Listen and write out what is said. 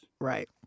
Right